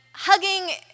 Hugging